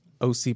OC